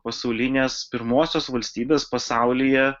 pasaulinės pirmosios valstybės pasaulyje